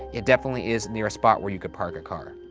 it definitely is near a spot where you could park a car.